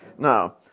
Now